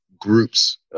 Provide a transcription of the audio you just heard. groups